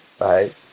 right